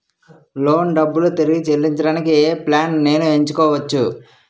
Loan డబ్బులు తిరిగి చెల్లించటానికి ఏ ప్లాన్ నేను ఎంచుకోవచ్చు?